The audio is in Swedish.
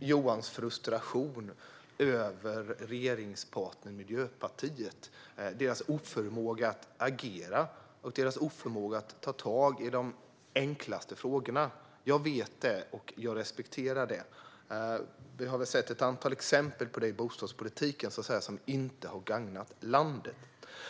Johans frustration över regeringspartnern Miljöpartiets oförmåga att agera och ta tag i de enklaste frågorna. Jag vet det, och jag respekterar det. Vi har väl sett antal exempel på det i bostadspolitiken som inte har gagnat landet.